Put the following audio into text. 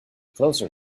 closer